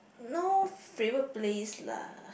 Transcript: no favourite place lah